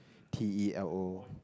T E L O